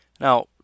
Now